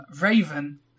Raven